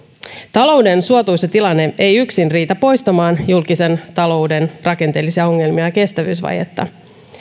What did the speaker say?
talouden suotuisa tilanne ei yksin riitä poistamaan julkisen talouden rakenteellisia ongelmia ja kestävyysvajetta